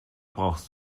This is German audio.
brauchst